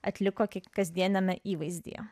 atliko kasdieniame įvaizdyje